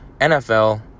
NFL